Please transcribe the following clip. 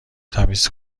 تمیز